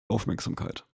aufmerksamkeit